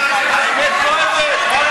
מה